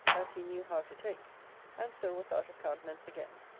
as he knew how to take and so was out of countenance again.